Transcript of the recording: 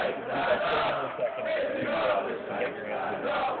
but we'll give you about thirty more seconds to to get your answers in.